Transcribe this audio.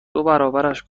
دوبرابرش